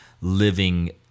living